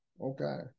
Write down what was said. okay